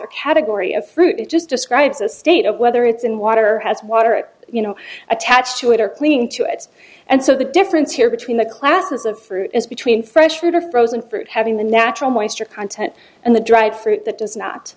or category of fruit it just describes a state of whether it's in water has water it you know attached to it or cleaning to it and so the difference here between the classes of fruit is between fresh fruit of frozen fruit having the natural moisture content and the dried fruit that does not